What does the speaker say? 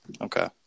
Okay